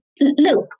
look